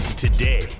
today